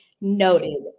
noted